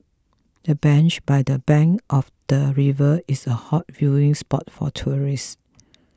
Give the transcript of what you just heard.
the bench by the bank of the river is a hot viewing spot for tourists